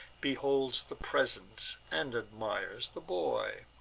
beholds the presents, and admires the boy.